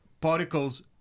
particles